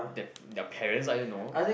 their their parents I don't know